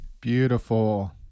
Beautiful